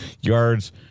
yards